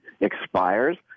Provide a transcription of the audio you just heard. expires